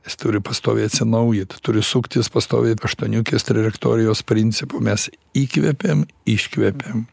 jis turi pastoviai atsinaujit turi suktis pastoviai aštuoniukės trajektorijos principu mes įkvepiam iškvepiam